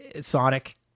Sonic